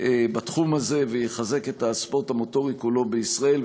בתחום הזה ויחזק את הספורט המוטורי כולו בישראל,